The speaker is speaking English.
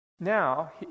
Now